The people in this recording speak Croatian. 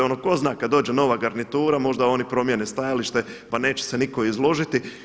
Ono tko zna, kada dođe nova garnitura možda oni promijene stajalište pa neće se nitko izložiti.